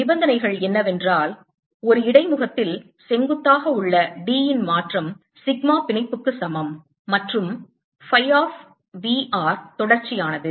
நிபந்தனைகள் என்னவென்றால் ஒரு இடைமுகத்தில் செங்குத்தாக உள்ள D இன் மாற்றம் சிக்மா பிணைப்புக்கு சமம் மற்றும் phi of V r தொடர்ச்சியானது